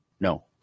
No